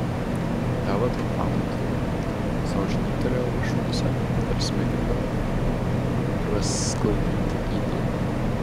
eva trumpam nutilo sau žnybtelėjo viršunosę tarsi mėgindama prasklaidyti įtampą